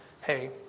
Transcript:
hey